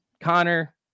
Connor